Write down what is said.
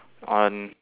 on